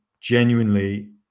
genuinely